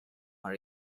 her